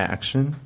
Action